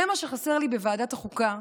זה מה שחסר לי בוועדת החוקה,